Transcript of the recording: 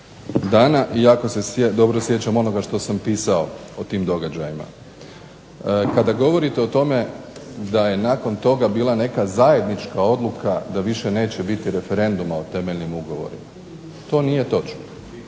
dana i jako se dobro sjećam onoga što sam pisao o tim događajima. Kada govorite o tome da je nakon toga bila neka zajednička odluka da više neće biti referenduma o temeljnim ugovorima to nije točno.